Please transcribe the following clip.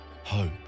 Hope